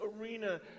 arena